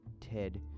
Ted